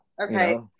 Okay